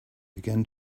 began